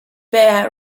bea